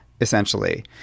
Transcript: essentially